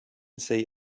see